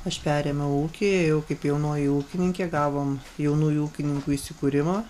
aš perėmiau ūkį jau kaip jaunoji ūkininkė gavom jaunųjų ūkininkų įsikūrimą